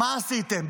מה עשיתם?